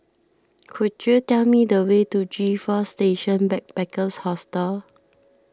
could you tell me the way to G four Station Backpackers Hostel